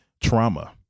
trauma